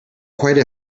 quite